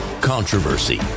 Controversy